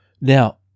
Now